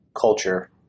culture